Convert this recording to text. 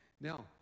Now